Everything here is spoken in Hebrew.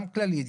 גם כללית,